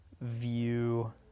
view